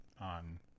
on